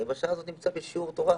אני בשעה הזאת נמצא בשיעור תורה,